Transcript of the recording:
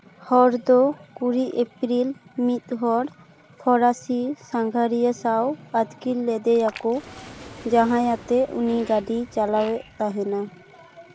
ᱦᱚᱲ ᱫᱚ ᱠᱩᱲᱤ ᱮᱯᱨᱤᱞ ᱢᱤᱫ ᱦᱚᱲ ᱯᱷᱚᱨᱟᱥᱤ ᱥᱟᱸᱜᱷᱟᱨᱤᱭᱟᱹ ᱥᱟᱶ ᱟᱹᱛᱠᱤᱨ ᱞᱮᱫᱮᱭᱟᱠᱚ ᱡᱟᱦᱟᱸᱭ ᱟᱛᱮᱫ ᱩᱱᱤ ᱜᱟᱹᱰᱤᱭ ᱪᱟᱞᱟᱣᱮᱫ ᱛᱟᱦᱮᱱᱟ